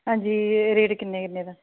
ਹਾਂਜੀ ਰੇਟ ਕਿੰਨੇ ਕਿੰਨੇ ਦਾ